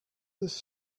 this